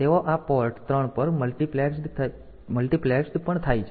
તેથી તેઓ આ પોર્ટ 3 પર મલ્ટિપ્લેક્સ્ડ પણ થાય છે